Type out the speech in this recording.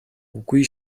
үгүй